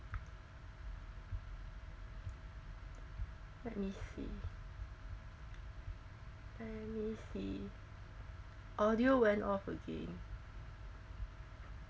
let me see let me see audio went off again